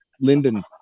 Lyndon